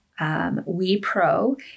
WEPRO